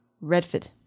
Redford